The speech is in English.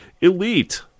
elite